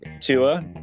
Tua